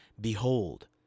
Behold